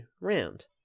round